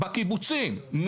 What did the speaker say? בקיבוצים,